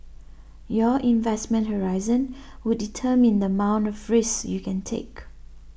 your investment horizon would determine the amount of risks you can take